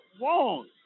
wrong